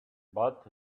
but